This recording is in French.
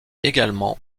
également